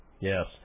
yes